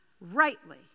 rightly